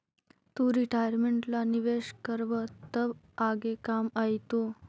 तु रिटायरमेंट ला निवेश करबअ त आगे काम आएतो